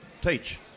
teach